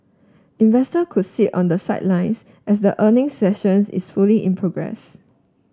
investor could sit on the sidelines as the earning sessions is fully in progress